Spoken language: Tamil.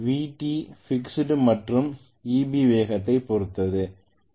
Vt பிக்ஸட் மற்றும் Eb வேகத்தைப் பொறுத்தது